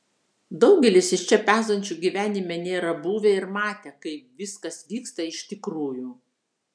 daugelis iš čia pezančių gyvenime nėra buvę ir matę kaip viskas vyksta iš tikrųjų